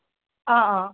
ꯑꯥ ꯑꯥ